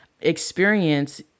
experience